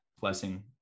blessing